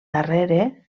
darrere